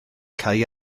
cau